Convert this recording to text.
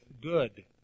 good